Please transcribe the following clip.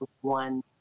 one